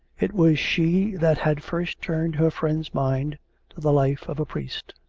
it was she that had first turned her friend's mind to the life of a priest.